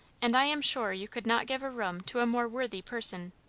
and i am sure you could not give a room to a more worthy person.